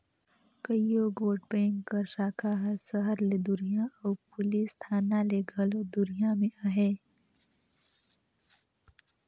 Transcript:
कइयो गोट बेंक कर साखा हर सहर ले दुरिहां अउ पुलिस थाना ले घलो दुरिहां में अहे